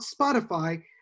Spotify